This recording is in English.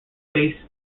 space